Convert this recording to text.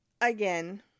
again